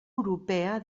europea